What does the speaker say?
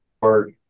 work